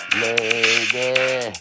lady